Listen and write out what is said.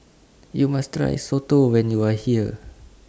YOU must Try Soto when YOU Are here